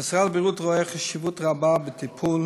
משרד הבריאות רואה חשיבות רבה בטיפול